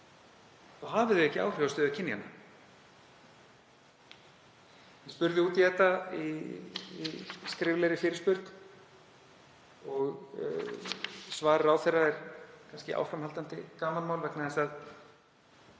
og hafi því ekki áhrif á stöðu kynjanna. Ég spurði út í þetta í skriflegri fyrirspurn og svar ráðherra er kannski áframhaldandi gamanmál vegna þess að